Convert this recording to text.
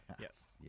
yes